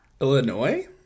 Illinois